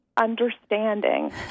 understanding